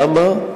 למה?